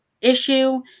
issue